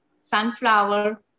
sunflower